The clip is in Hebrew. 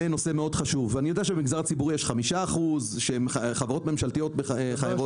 אני יודע שבמגזר הציבורי יש חובה להעסיק לפחות